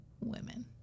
women